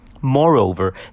Moreover